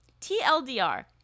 TLDR